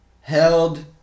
held